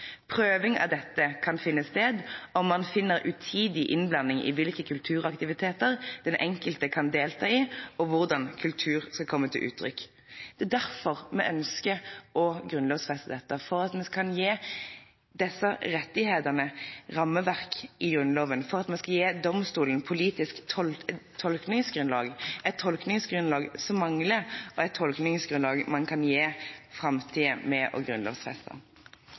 Prøving av dette kan finne sted om man finner utidig innblanding i hvilke kulturaktiviteter den enkelte kan delta i og hvordan kultur skal komme til uttrykk.» Det er derfor vi ønsker å grunnlovfeste dette – for at vi skal gi disse rettighetene et rammeverk i Grunnloven, for at vi skal gi domstolene et politisk tolkningsgrunnlag, et tolkningsgrunnlag som mangler, og et tolkningsgrunnlag man kan gi framtiden ved å grunnlovfeste